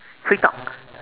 free talk